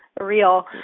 real